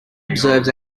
observes